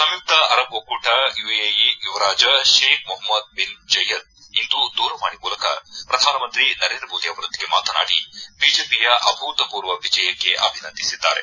ಸಂಯುಕ್ತ Arab ಒಕ್ಕೂಟ UAE ಯುವರಾಜ Sheikh Mohamed bin Zayed ಇಂದು ದೂರವಾಣಿ ಮೂಲಕ ಶ್ರಧಾನಮಂತ್ರಿ ನರೇಂದ್ರ ಮೋದಿ ಅವರೊಂದಿಗೆ ಮಾತನಾಡಿ ಬಿಜೆಪಿಯ ಅಭೂತಪೂರ್ವ ವಿಜಯಕ್ಕೆ ಅಭಿನಂದಿಸಿದ್ದಾರೆ